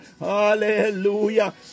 hallelujah